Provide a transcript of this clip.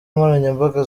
nkoranyambaga